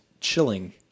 chilling